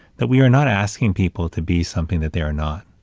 that we are not asking people to be something that they're not,